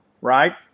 Right